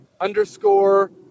Underscore